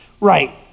right